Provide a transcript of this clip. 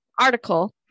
article